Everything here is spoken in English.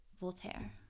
Voltaire